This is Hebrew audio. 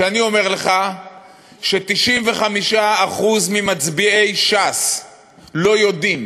כשאני אומר לך ש-95% ממצביעי ש"ס לא יודעים